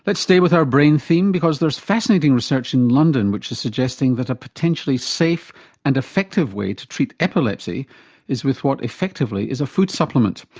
let's stay with our brain theme because there's fascinating research in london which is suggesting that a potentially safe and effective way to treat epilepsy is with what effectively is a food supplement.